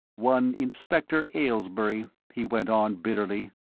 one, inspector aylesbury, he went on, bitterly,